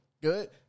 good